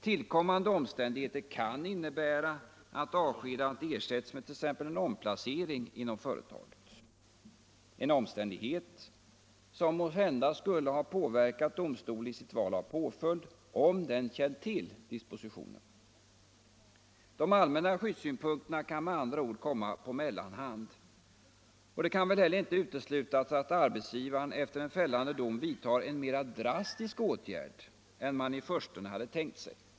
Tillkommande omständigheter kan innebära att avskedandet ersätts med t.ex. en omplacering inom företaget — en omständighet som måhända skulle ha påverkat domstolen i dess val av påföljd, om den känt till dispositionen. De allmänna skyddssynpunkterna kan med andra ord komma på mellanhand. Det kan väl inte heller uteslutas att arbetsgivaren efter en fällande dom vidtar en mer drastisk åtgärd än man i förstone hade tänkt sig.